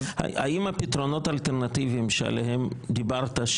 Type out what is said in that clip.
האם הפתרונות האלטרנטיביים שעליהם דיברת,